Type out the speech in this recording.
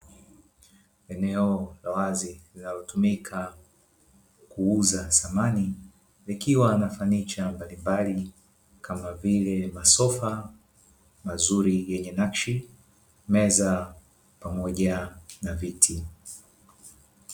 Eneo la wazi linalotumika kuuza samani, likiwa na fanicha mbalimbali kama vile masofa mazuri yenye nakshi, meza pamoja na viti.